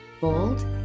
bold